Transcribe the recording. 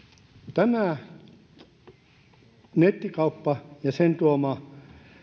nettikauppa ja sen tuoma